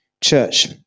church